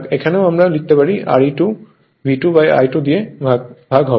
এখানেও আমরা লিখতে পারি Re₂ V2I2 দিয়ে ভাগ হবে